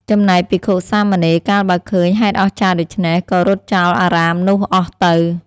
ចំណែកភិក្ខុ-សាមណេរ កាលបើឃើញហេតុអស្ចារ្យដូច្នេះ ក៏រត់ចោលអារាមនោះអស់ទៅ ។